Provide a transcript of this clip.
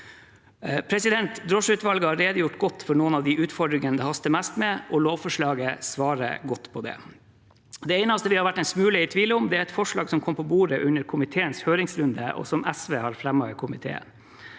med seg. Drosjeutvalget har redegjort godt for noen av de utfordringene det haster mest med, og lovforslaget svarer godt på det. Det eneste vi har vært en smule i tvil om, er et forslag som kom på bordet under komiteens høringsrunde, og som SV har fremmet i komiteen.